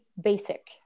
basic